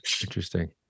interesting